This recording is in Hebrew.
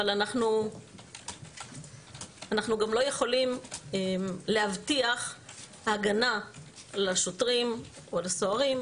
אבל אנחנו גם לא יכולים להבטיח הגנה לשוטרים או לסוהרים.